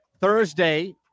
Thursday